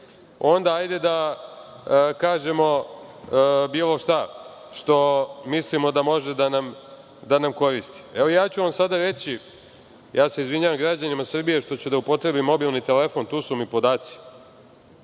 hajde da kažemo bilo šta što mislimo da može da nam koristi. Evo, ja ću vam sada reći, a izvinjavam se građanima Srbije što ću da upotrebim mobilni telefon, tu su mi podaci.